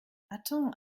attends